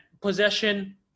possession